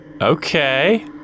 Okay